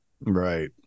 Right